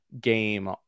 game